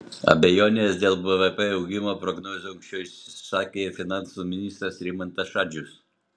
abejones dėl bvp augimo prognozių anksčiau išsakė ir finansų ministras rimantas šadžius